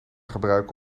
gebruiken